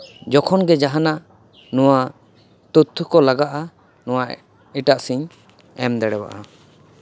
ᱡᱚᱠᱷᱚᱱ ᱜᱮ ᱡᱟᱦᱟᱱᱟᱜ ᱱᱚᱣᱟ ᱛᱚᱛᱛᱷᱚ ᱠᱚ ᱞᱟᱜᱟᱜᱼᱟ ᱮᱴᱟᱜ ᱥᱤᱧ ᱮᱢ ᱫᱟᱲᱮᱭᱟᱜᱼᱟ